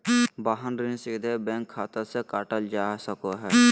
वाहन ऋण सीधे बैंक खाता से काटल जा सको हय